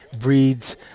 breeds